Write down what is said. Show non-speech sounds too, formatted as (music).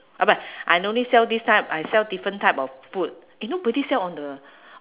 (noise) I no need sell this time I sell different type of food eh nobody sell on the